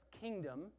kingdom